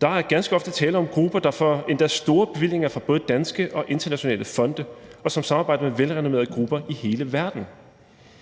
Der er ganske ofte tale om grupper, der får endda store bevillinger fra både danske og internationale fonde, og som samarbejder med velrenommerede grupper i hele verden.